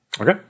Okay